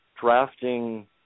drafting